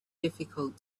difficult